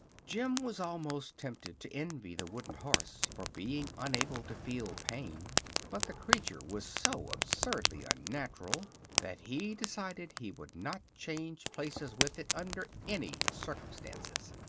jim was almost tempted to envy the wooden horse for being unable to feel pain but the creature was so absurdly unnatural that he decided he would not change places with it under any circumstances.